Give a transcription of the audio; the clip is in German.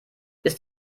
ist